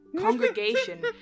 Congregation